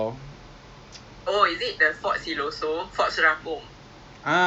we can go malam lah or we can go like in the evening macam cold kan begitu so macam sunset